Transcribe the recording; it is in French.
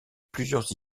plusieurs